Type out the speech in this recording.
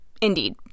Indeed